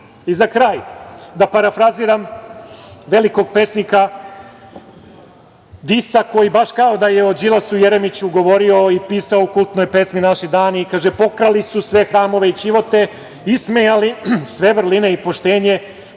kraj, da parafraziram velikog pesnika Disa, koji baš kao da je o Đilasu i Jeremiću govorio i pisao u kultnoj pesmi „Naši dani“. Kaže – pokrali su sve hramove i ćivote, ismejali sve vrline i poštenje,